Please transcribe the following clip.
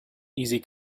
easy